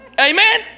Amen